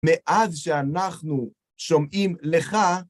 מאז שאנחנו שומעים לך